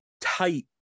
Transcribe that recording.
tight